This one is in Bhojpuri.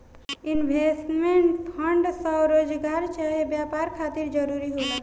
इन्वेस्टमेंट फंड स्वरोजगार चाहे व्यापार खातिर जरूरी होला